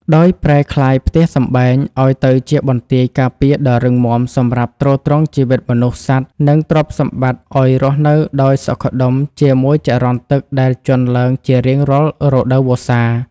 ដោយប្រែក្លាយផ្ទះសម្បែងឱ្យទៅជាបន្ទាយការពារដ៏រឹងមាំសម្រាប់ទ្រទ្រង់ជីវិតមនុស្ស សត្វ និងទ្រព្យសម្បត្តិឱ្យរស់នៅដោយសុខដុមជាមួយចរន្តទឹកដែលជន់ឡើងជារៀងរាល់រដូវវស្សា។